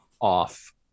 off